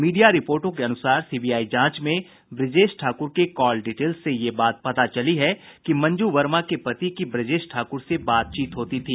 media रिपोर्टो के अनुसार सीबीआइ जांच में ब्रजेश ठाकुर के कॉल डिटेल्स से ये बात पता चली कि मंजू वर्मा के पति की ब्रजेश ठाकुर से बात होती थी